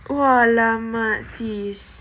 !alamak! sis